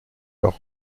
leur